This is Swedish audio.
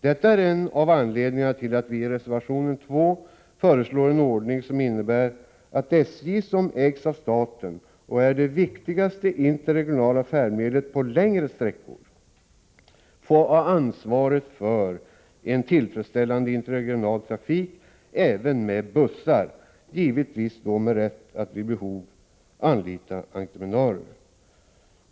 Detta är en av anledningarna till att vi i reservation 2 föreslår en ordning som innebär att SJ, som ägs av staten och svarar för det viktigaste interregionala färdmedlet på längre sträckor, får ha ansvaret för en tillfredsställande interregional trafik även med bussar — givetvis med rätt att vid behov anlita entreprenörer. Herr talman!